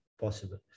possible